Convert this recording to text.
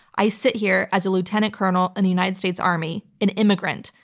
i sit here as a lieutenant colonel in the united states army an immigrant.